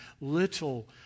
little